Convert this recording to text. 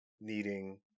needing